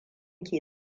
ke